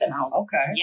okay